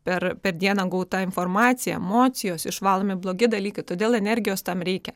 per per dieną gauta informacija emocijos išvalomi blogi dalykai todėl energijos tam reikia